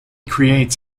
creates